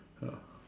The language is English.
ya